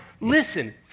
Listen